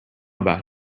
about